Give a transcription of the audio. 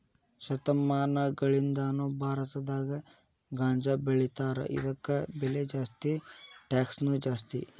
ಶತಮಾನಗಳಿಂದಾನು ಭಾರತದಾಗ ಗಾಂಜಾಬೆಳಿತಾರ ಇದಕ್ಕ ಬೆಲೆ ಜಾಸ್ತಿ ಟ್ಯಾಕ್ಸನು ಜಾಸ್ತಿ